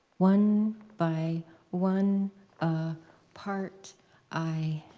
one by one a part i